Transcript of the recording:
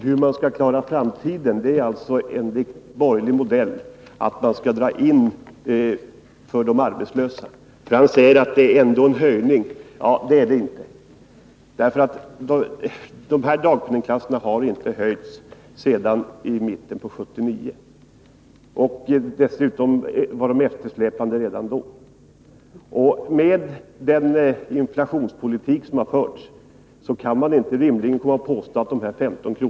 Herr talman! Klarar framtiden gör man alltså enligt borgerlig modell genom att dra in för de arbetslösa. Alf Wennerfors säger att det ändå blir en höjning, men det blir det inte. De här dagpenningsklasserna har inte höjts sedan mitten av 1979, och dessutom var de eftersläpande redan då. Med den inflationspolitik som har förts kan man inte rimligen påstå att 15 kr.